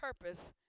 purpose